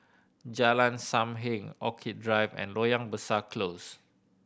Jalan Sam Heng Orchid Drive and Loyang Besar Close